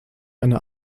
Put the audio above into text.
eine